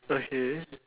okay